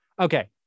Okay